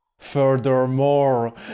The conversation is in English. Furthermore